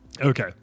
okay